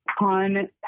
on